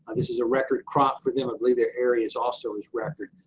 and this is a record crop for them, i believe there area is also is record.